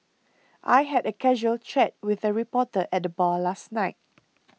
I had a casual chat with a reporter at the bar last night